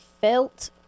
felt